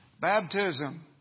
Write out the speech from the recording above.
baptism